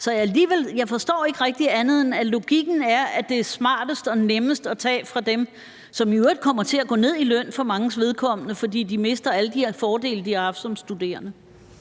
Så jeg forstår ikke rigtig andet, end at logikken er, at det er smartest og nemmest at tage fra dem, som i øvrigt kommer til at gå ned i løn for manges vedkommende, fordi de mister alle de fordele, de har haft som studerende.